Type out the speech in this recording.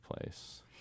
place